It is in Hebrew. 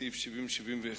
סעיפים 70 71,